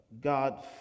God